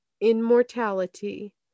immortality